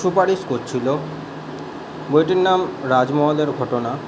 সুপারিশ করছিলো বইটির নাম রাজমহলের ঘটনা